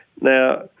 Now